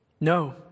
No